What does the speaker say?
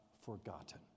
forgotten